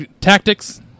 Tactics